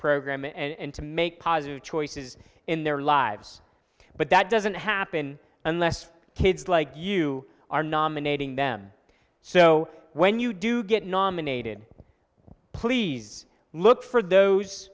program and to make positive choices in their lives but that doesn't happen unless kids like you are nominating them so when you do get nominated please look for those